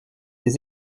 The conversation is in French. des